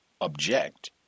object